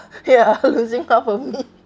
ya losing half of me